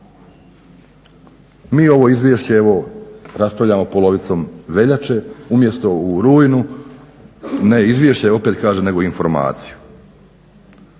Mi ovo izvješće evo raspravljamo polovicom veljače umjesto u rujnu, ne izvješće opet kažem nego informaciju.